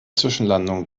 zwischenlandungen